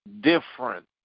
different